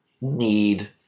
need